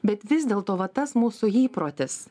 bet vis dėlto va tas mūsų įprotis